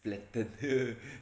flattened